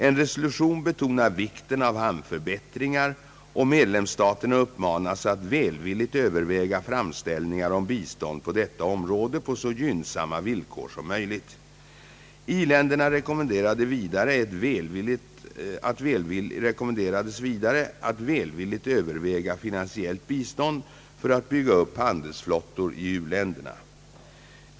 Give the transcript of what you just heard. En resolution betonar vikten av hamnförbättringar, och medlemsstaterna uppmanas att välvilligt överväga framställningar om bistånd på detta område på så gynnsamma villkor som möjligt. I länderna rekommenderas vidare att välvilligt överväga finansiellt bistånd för att bygga upp handelsflottor i u-länderna.